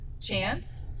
Chance